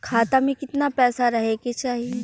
खाता में कितना पैसा रहे के चाही?